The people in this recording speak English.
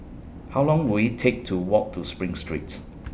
How Long Will IT Take to Walk to SPRING Street